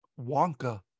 Wonka